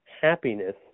happiness